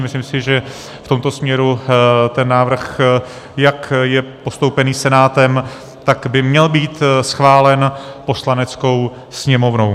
Myslím si, že v tomto směru ten návrh, jak je postoupený Senátem, by měl být schválen Poslaneckou sněmovnou.